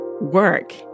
work